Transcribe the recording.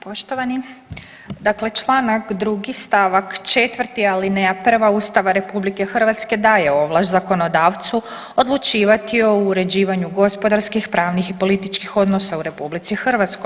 Poštovani, dakle Članak 2. stavak 4. alineja 1. Ustava RH daje ovlast zakonodavcu odlučivati o uređivanju gospodarskih, pravnih i političkih odnosa u RH.